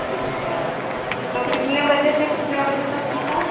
अच्छा तो कितने बजे से कितने बजे तक खुलता है